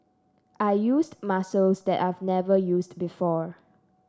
I used muscles that I've never used before